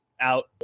out